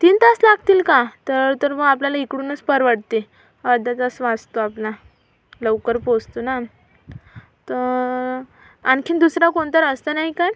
तीन तास लागतील का तर तर मग आपल्याला इकडूनच परवडते अर्धा तास वाचतो आपला लवकर पोहचतो ना तर आणखीन दुसरा कोणता रस्ता नाही का